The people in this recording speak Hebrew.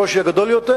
הקושי הגדול יותר,